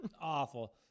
Awful